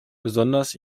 besonders